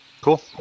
cool